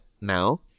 now